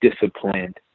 disciplined